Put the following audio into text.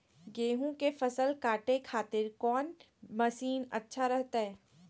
गेहूं के फसल काटे खातिर कौन मसीन अच्छा रहतय?